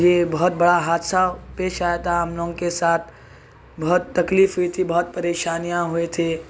یہ بہت بڑا حادثہ پیش آیا تھا ہم لوگوں کے ساتھ بہت تکلیف ہوئی تھی بہت پریشانیاں ہوئے تھی